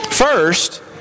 First